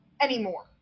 anymore